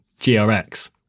GRX